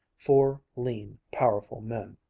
four lean, powerful men.